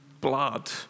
blood